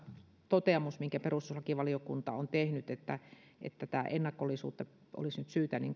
toteamus minkä perustuslakivaliokunta on tehnyt että että tätä ennakollisuutta olisi nyt syytä